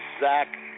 Zach